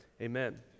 Amen